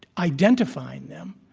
identifying them,